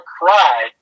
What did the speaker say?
cry